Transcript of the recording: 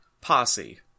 Posse